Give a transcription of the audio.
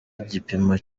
igipimo